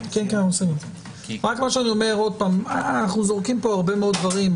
אנחנו זורקים פה הרבה מאוד דברים.